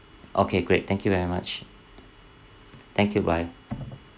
okay great thank you very much thank you bye